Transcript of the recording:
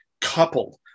coupled